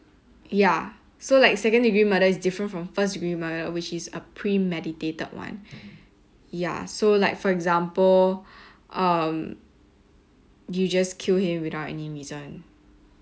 ya so like second degree murder is different from first degree which is a premeditated one ya so like for example um you just kill him without any reason